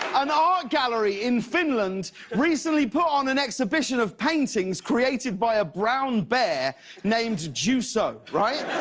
an art gallery in finland recently put on an exhibition of paintings created by a brown bear named juuso, right?